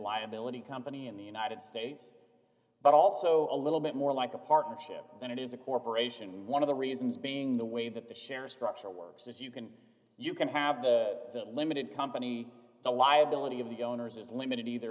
liability company in the united states but also a little bit more like a partnership than it is a corporation one of the reasons being the way that the share structure works is you can you can have the d limited company the liability of the owners is limited either